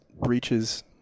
breaches